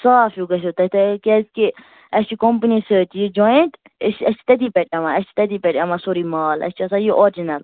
صاف ہیٛوٗ گَژھِو تۅہہِ تہِ کیٛازِ کہِ اَسہِ چھُ کمپنی سۭتۍ یہِ جوٚیِنٹ اَسہِ چھُ اَسہِ چھُ تَتی پٮ۪ٹھ یِوان اَسہِ چھُ تَتی پٮ۪ٹھ یِوان یہِ سورُے مال اَسہِ چھُ آسان یہِ آرجِنَل